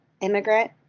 immigrant